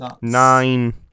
Nine